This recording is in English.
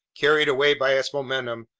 carried away by its momentum,